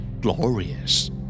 Glorious